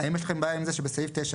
האם יש לכם בעיה עם זה שבסעיף (9),